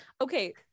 Okay